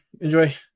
Enjoy